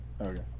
Okay